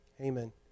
amen